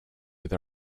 with